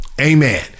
amen